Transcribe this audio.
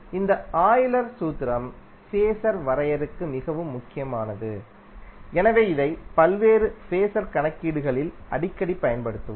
இந்த ஆய்லர் சூத்திரம் ஃபேஸர் வரையறைக்கு மிகவும் முக்கியமானது எனவே இதை பல்வேறு ஃபேஸர் கணக்கீடுகளில் அடிக்கடி பயன்படுத்துவோம்